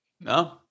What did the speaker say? No